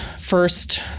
first